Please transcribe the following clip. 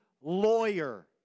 lawyer